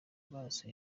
amaso